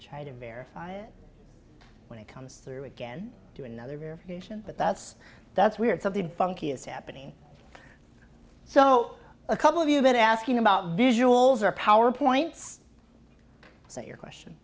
try to verify it when it comes through again to another verification but that's that's weird something funky is happening so a couple of you have been asking about visuals or power points so your question